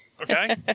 Okay